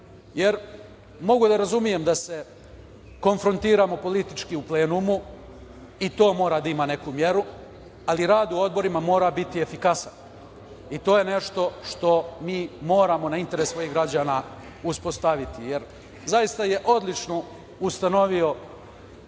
jer mogu da razumem da se konfrontiramo politički u plenumu, i to mora da ima neku meru, ali rad u odborima mora biti efikasan, i to je nešto što mi moramo na interes svojih građana uspostaviti. Zaista je odlično ustanovio